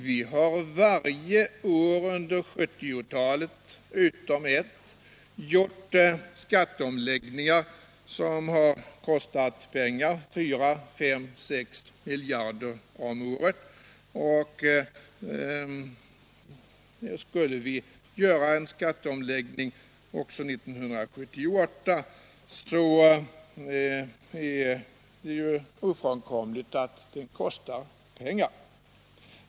Vi har varje år under 1970-talet, utom ett, gjort skatteomläggningar som har kostat pengar, fyra fem sex miljarder om året. Och skulle vi göra en skatteomläggning också 1978 så är det ju ofrånkomligt att det kostar pengar.